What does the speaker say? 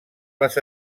les